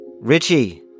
Richie